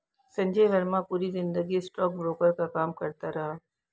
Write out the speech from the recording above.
संजय वर्मा पूरी जिंदगी स्टॉकब्रोकर का काम करता रहा